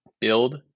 build